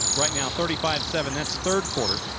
right now thirty five seven. that's third quarter.